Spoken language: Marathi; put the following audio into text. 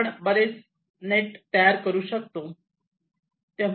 आपण बरेच नेट तयार करू शकतो